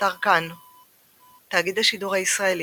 באתר כאן – תאגיד השידור הישראלי,